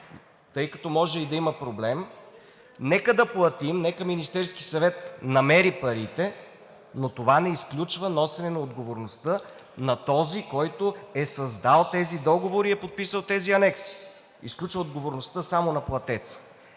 тъй като може да има и проблем, нека Министерският съвет намери парите, но това не изключва носене на отговорността на този, който е създал тези договори и е подписал тези анекси, изключва отговорността само на платеца.